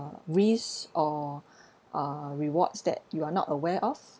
risk or uh rewards that you are not aware of